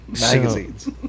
Magazines